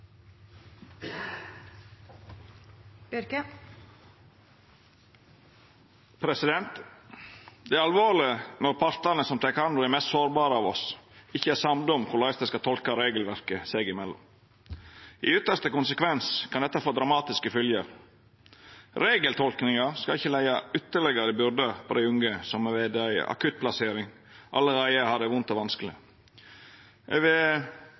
alvorleg når partane som tek hand om dei mest sårbare av oss, ikkje er samde om korleis dei skal tolka regelverket seg imellom. I ytste konsekvens kan dette få dramatiske følgjer. Regeltolkinga skal ikkje leggja ytterlegare byrder på dei unge, som ved ei akuttplassering allereie har det vondt og vanskeleg. Eg